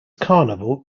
carnival